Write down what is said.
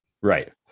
Right